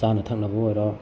ꯆꯥꯅ ꯊꯛꯅꯕ ꯑꯣꯏꯔꯣ